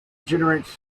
generates